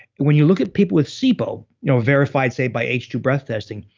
when you look at people with sibo, you know verified say by h two breath testing,